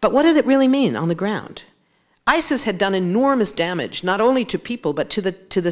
but what does it really mean on the ground isis had done enormous damage not only to people but to the to the